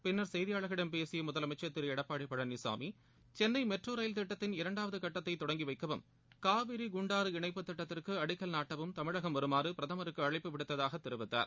பின்னர் செய்தியாளர்களிடம் பேசிய முதலமைச்சர் திரு எடப்பாடி பழனிசாமி சென்னை மெட்ரோ ரயில் திட்டத்தின் இரண்டாவது கட்டத்தை தொடங்கி வைக்கவும் காவிரி குண்டாறு இணைப்பு திட்டத்திற்கு அடிக்கல் நாட்டவும் தமிழகம் வருமாறு பிரதமருக்கு அழைப்பு விடுத்ததாக தெரிவித்தார்